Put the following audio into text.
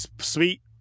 sweet